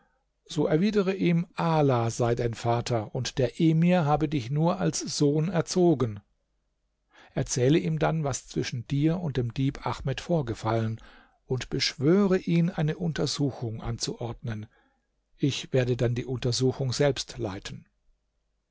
so erwidere ihm ala sei dein vater und der emir habe dich nur als sohn erzogen erzähle ihm dann was zwischen dir und dem dieb ahmed vorgefallen und beschwöre ihn eine untersuchung anzuordnen ich werde dann die untersuchung selbst leiten